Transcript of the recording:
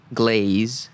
glaze